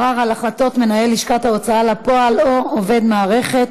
(ערר על החלטות מנהל לשכת ההוצאה לפועל או עובד מערכת